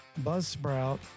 Buzzsprout